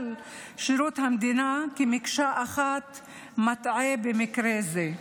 שירות המדינה כמקשה אחת מטעה במקרה זה.